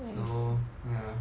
so ya